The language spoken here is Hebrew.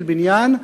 של בניין,